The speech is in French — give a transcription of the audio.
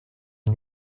les